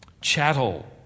chattel